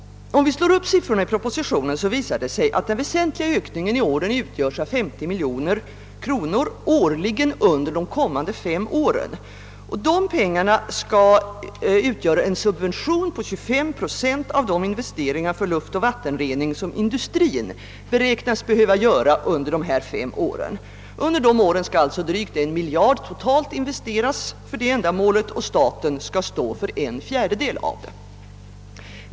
Om vi ser på siffrorna i propositionen visar det sig att den väsentliga ökningen i år utgöres av 50 miljoner kronor årligen under de kommande fem åren. De pengarna skall utgöra en subvention på 25 procent av de investeringar för luftoch vattenrening som industrin beräknas behöva göra under nämnda fem år. Under den tiden skall alltså en dryg miljard totalt investeras för detta ändamål, av vilket belopp staten skall stå för en fjärdedel.